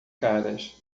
caras